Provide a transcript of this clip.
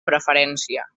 preferència